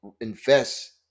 invest